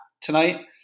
tonight